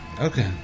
Okay